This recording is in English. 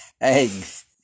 eggs